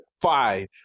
five